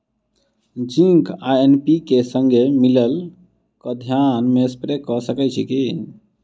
Zinc आ NPK, संगे मिलल कऽ धान मे स्प्रे कऽ सकैत छी की?